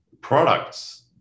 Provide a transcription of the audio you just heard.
products